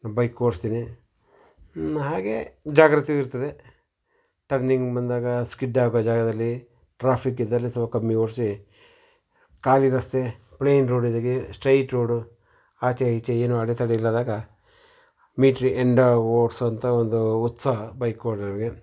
bike ಓಡಿಸ್ತೀನಿ ಹಾಗೇ ಜಾಗ್ರತೆಯೂ ಇರ್ತದೆ ಟರ್ನಿಂಗ್ ಬಂದಾಗ ಸ್ಕಿಡ್ಡಾಗೋ ಜಾಗದಲ್ಲಿ ಟ್ರಾಫಿಕ್ ಇದ್ದಲ್ಲಿ ಸ್ವಲ್ಪ ಕಮ್ಮಿ ಓಡಿಸಿ ಖಾಲಿ ರಸ್ತೆ ಪ್ಲೈನ್ ರೋಡಿದ್ದಾಗ ಸ್ಟ್ರೈಟ್ ರೋಡು ಆಚೆ ಈಚೆ ಏನೂ ಅಡೆತಡೆಯಿಲ್ಲದಾಗ ಮೀಟ್ರ್ ಎಂಡಾಗೋ ಓಡ್ಸುವಂಥ ಒಂದು ಉತ್ಸಾಹ ಬೈಕ್ ಹೊಡೆಯೋರಿಗೆ